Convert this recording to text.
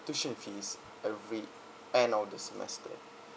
tuition fees every end of the semester